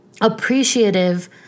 appreciative